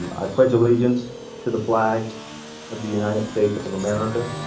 i pledge allegiance to the flag of the united states of america.